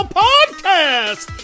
podcast